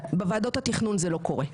בוועדות התכנון זה לא קורה.